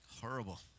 horrible